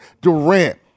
Durant